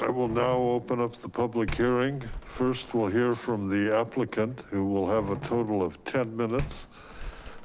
i will now open up the public hearing. first we'll hear from the applicant who will have a total of ten minutes